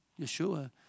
Yeshua